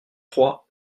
trois